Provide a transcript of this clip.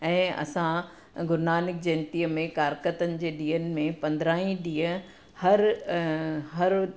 ऐं असां गुरुनानक जयंतीअ में कारिकतनि जे ॾींहंनि में पंद्राहं ई ॾींहुं हर हर